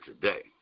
today